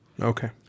Okay